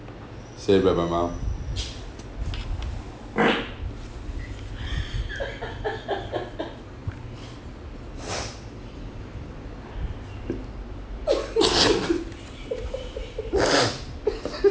say by my mom